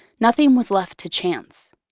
nothing was left to chance.